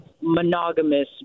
monogamous